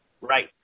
right